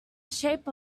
shape